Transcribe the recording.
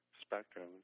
spectrum